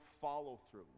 follow-through